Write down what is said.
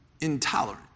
intolerant